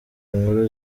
inkuru